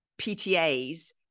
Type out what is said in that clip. PTAs